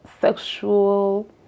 sexual